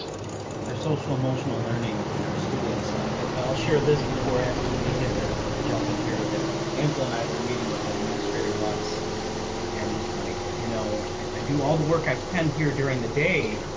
you know, our social emotional learning and our students i i'll share this before asking me and the jump in here that angela and i were meeting with an administrator once and he's like, you know, i do all the work. i tend here during the day.